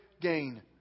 gain